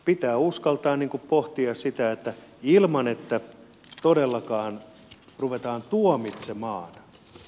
pitää uskaltaa pohtia sitä ilman että todellakaan ruvetaan tuomitsemaan